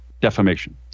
defamation